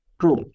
True